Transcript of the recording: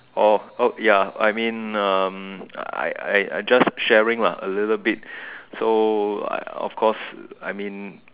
oh oh ya I mean um I I I just sharing lah a little bit so of course I mean